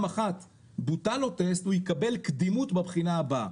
אחת בוטל לו טסט הוא יקבל קדימות בבחינה הבאה.